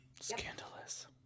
Scandalous